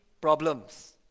problems